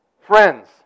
friends